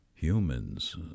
humans